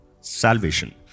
Salvation